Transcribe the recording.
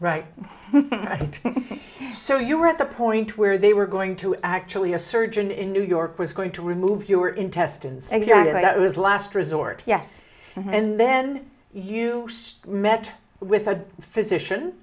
right so you're at the point where they were going to actually a surgeon in new york was going to remove your intestines exactly like it was last resort yes and then you met with a physician